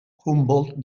humboldt